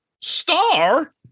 star